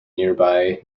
nearby